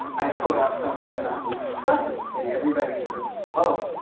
i put up something about these discoveries and everybody goes oh,